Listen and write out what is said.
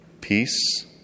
peace